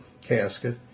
casket